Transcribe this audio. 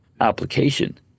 application